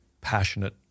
passionate